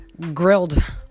grilled